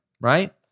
right